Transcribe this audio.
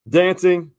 dancing